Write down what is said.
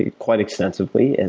ah quite extensively, and